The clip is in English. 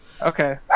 Okay